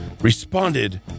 responded